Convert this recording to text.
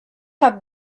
have